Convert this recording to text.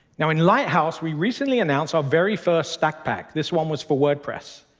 now in lighthouse, we recently announced our very first stack pack. this one was for wordpress,